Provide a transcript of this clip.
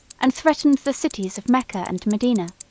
and threatened the cities of mecca and medina.